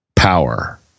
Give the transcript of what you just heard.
power